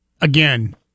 Again